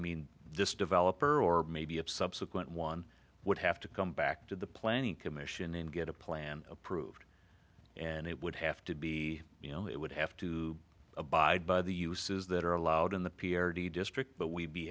mean this developer or maybe of subsequent one would have to come back to the planning commission and get a plan approved and it would have to be you know it would have to abide by the uses that are allowed in the p r t district but we'd be